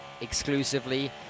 exclusively